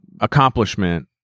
accomplishment